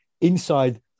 inside